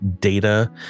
data